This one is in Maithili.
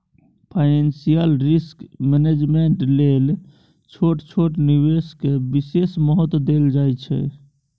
फाइनेंशियल रिस्क मैनेजमेंट लेल छोट छोट निवेश के विशेष महत्व देल जाइ छइ